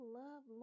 love